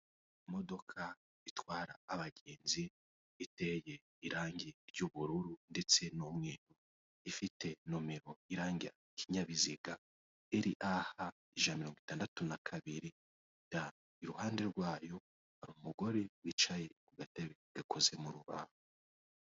Imodoka itwara abagenzi iteye irangi ry'ubururu ndetse n'umweru, ifite nomero iranga ikinyabiziga eri a ha ijana na mirongo itandatu na kabiri d, iruhande rwayo hari umugore wicaye ku gatebe gakoze mu rubaho.